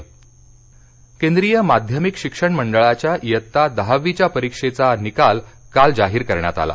CBSE केंद्रीय माध्यमिक शिक्षण मंडळाच्या इयत्ता दहावीच्या परीक्षेचा निकाल काल जाहीर करण्यात आला